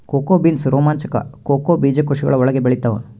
cocoa beans ರೋಮಾಂಚಕ cocoa ಬೀಜಕೋಶಗಳ ಒಳಗೆ ಬೆಳೆತ್ತವ